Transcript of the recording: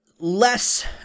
less